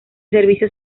servicio